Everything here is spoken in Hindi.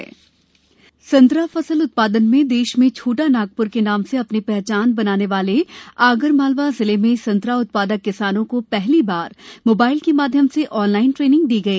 ऑनलाइन ट्रेनिंग संतरा फसल उत्पादन में देश में छोटा नागपुर के नाम से अपनी पहचान बनाने वाले आगरमालवा जिले में संतरा उत्पादक किसानों को पहली बार मोबाईल के माध्यम से आनलाईन ट्रेनिंग दी गई